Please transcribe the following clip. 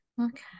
Okay